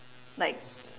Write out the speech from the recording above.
like